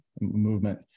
movement